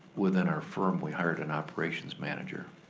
within our firm, we hired an operations manager